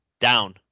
down